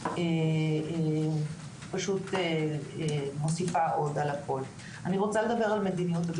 היום אנחנו פותחים את הוועדה בעניין הקורונה בגני הילדים,